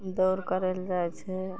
दौड़ करै लए जाइ छै